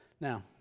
Now